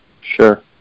Sure